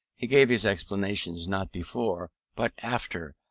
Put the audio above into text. he gave his explanations not before, but after,